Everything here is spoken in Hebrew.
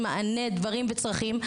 צרכים ודברים נוספים,